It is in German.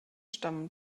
stammen